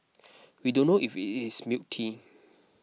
we don't know if it's milk tea